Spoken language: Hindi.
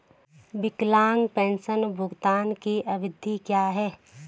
विकलांग पेंशन भुगतान की अवधि क्या है?